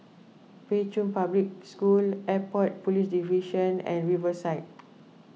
Pei Chun Public School Airport Police Division and Riverside